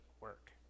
work